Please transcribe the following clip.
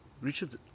richard